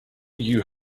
you